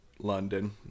London